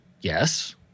Yes